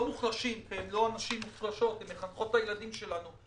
הן לא מוחלשות כי הן מחנכות את הילדים שלנו,